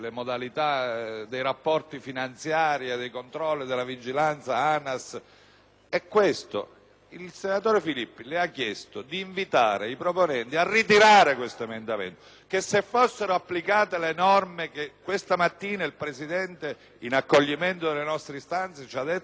ANAS, il senatore Marco Filippi le ha chiesto di invitare i proponenti a ritirarlo. Infatti, se fossero applicate le norme che questa mattina il Presidente, in accoglimento delle nostre istanze, ha detto che saranno applicate nel prossimo futuro, esso sarebbe stato dichiarato inammissibile.